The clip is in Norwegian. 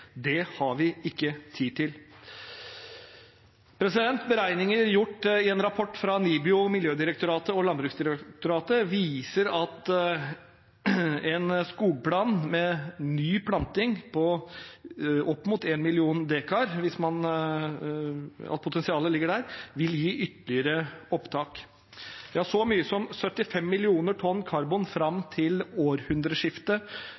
Det har vi ikke tid til. Beregninger gjort i en rapport fra NIBIO, Miljødirektoratet og Landbruksdirektoratet, viser at en skogplan med et potensial for nyplanting på opp mot 1 mill. dekar, vil gi ytterligere opptak – ja så mye som 75 mill. tonn karbon